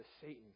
Satan